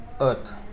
earth